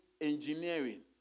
engineering